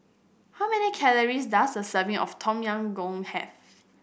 how many calories does a serving of Tom Yam Goong have